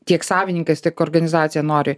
tiek savininkas tiek organizacija nori